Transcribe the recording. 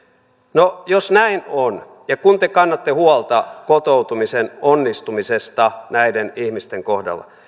no jos näin on ja kun te kannatte huolta kotoutumisen onnistumisesta näiden ihmisten kohdalla